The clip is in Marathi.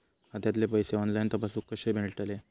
खात्यातले पैसे ऑनलाइन तपासुक कशे मेलतत?